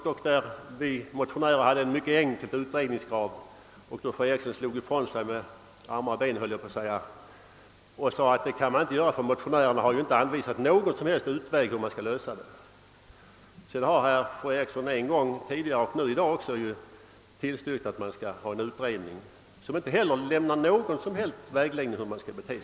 Vi soni var motionärer framförde i detta sammanhang ett mycket enkelt utrednings: krav, men fru Eriksson slog ifrån sig med all kraft och menade att det inté kunde biträdas därför att motionärena inte hade anvisat någon som helst väg för en lösning. Sedan dess har fru Eriksson redan vid ett tidigare tillfälle och även i dag tillstyrkt tillsättande av utredningar, som inte lämnas någon som helst vägledning för sitt arbete.